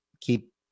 keep